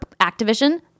Activision